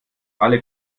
alle